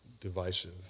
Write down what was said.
divisive